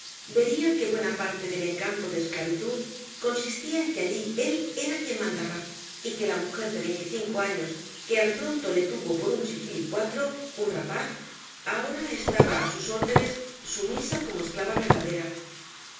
vería que buena parte del encanto de esclavitud consistía en que allí él era quien mandaba y que la mujer de veinticinco años que al pronto le tuvo por un chiquilicuatro un rapaz ahora estaba á sus órdenes sumisa como esclava verdadera